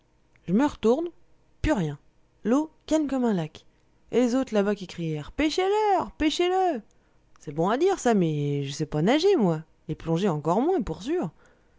j'me r'tourne pu rien l'eau calme comme un lac et les autres là-bas qui criaient repêchez le repêchez le c'est bon à dire ça mais je ne sais pas nager moi et plonger encore moins pour sûr